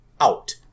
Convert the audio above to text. out